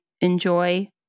enjoy